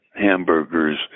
hamburgers